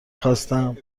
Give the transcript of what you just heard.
خواستم